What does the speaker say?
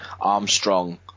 Armstrong